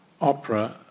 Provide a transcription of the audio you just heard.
opera